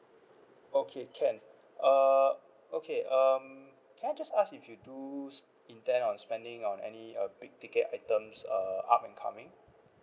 okay can err okay um can I just ask you if you do intend on spending on any uh big ticket items err up and coming